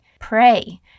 Pray